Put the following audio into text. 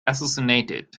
assassinated